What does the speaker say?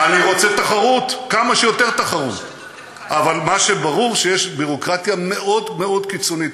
אבל ברוח כללית,